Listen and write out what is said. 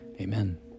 Amen